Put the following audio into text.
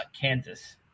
Kansas